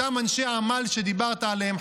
אותם אנשי עמל שדיברת עליהם,